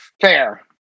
Fair